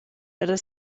ella